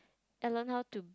I learn how to